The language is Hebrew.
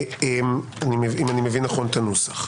אם אני מבין נכון את הנוסח.